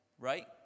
Right